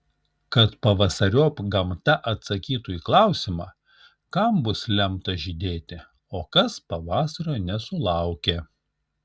kad pavasariop gamta atsakytų į klausimą kam bus lemta žydėti o kas pavasario nesulaukė